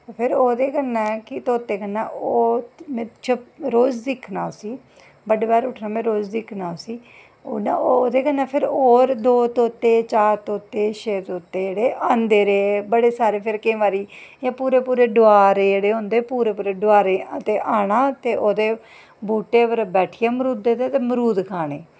होर ओह्दे कन्नै कि तोते कन्नै में रोज दिक्खना उसी बड्डै पैह्र उट्ठना में रोज दिक्खना उसी ओह्दे कन्नै फिर होर दो तोते चार तोते छेऽ तोते जेह्ड़े आंदे रेह् बड़े सारे फिर केईं बारी एह् पूरे पूरे डोआर जेह्ड़े होंदे पूरे पूरे डोआरें आना ते ओह्दे बूह्टे पर बैठियै मरूदे दे ते मरूद खाने